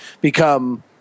become